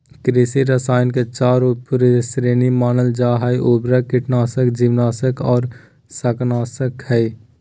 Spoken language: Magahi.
कृषि रसायन के चार उप श्रेणी मानल जा हई, उर्वरक, कीटनाशक, जीवनाशक आर शाकनाशक हई